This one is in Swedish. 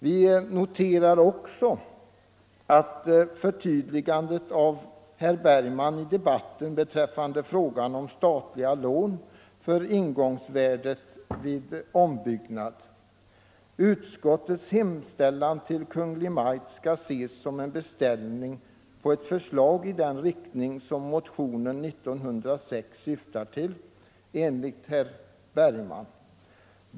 Vi noterar också förtydligandet av herr Bergman i debatten beträffande frågan om statliga lån för ingångsvärdet vid ombyggnad. Utskottets hemställan till Kungl. Maj:t skall ses som en beställning på ett förslag i den riktning som motionen syftar till, enligt herr Bergman.